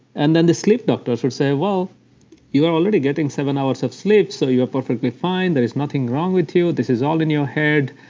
and then the sleep doctor say, well you are already getting seven hours of sleep so you're perfectly fine. there is nothing wrong with you. this is all in your head.